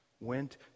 went